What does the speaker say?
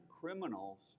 criminals